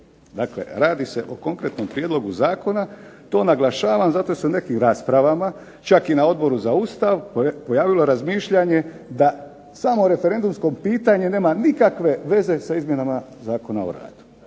Dakle radi se o konkretnom prijedlogu zakona, to naglašavam zato jer se u nekim raspravama, čak i na Odboru za Ustav pojavilo razmišljanje da samo referendumsko pitanje nema nikakve veze sa izmjenama Zakona o radu,